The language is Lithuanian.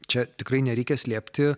čia tikrai nereikia slėpti